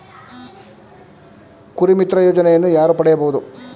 ಕುರಿಮಿತ್ರ ಯೋಜನೆಯನ್ನು ಯಾರು ಪಡೆಯಬಹುದು?